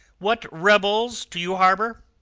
what rebels do you harbour?